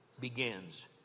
begins